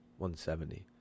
170